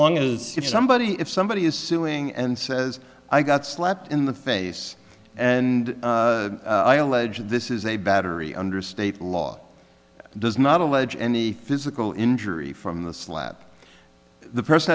long as if somebody if somebody is suing and says i got slapped in the face and i allege this is a battery under state law does not allege any physical injury from the slap the person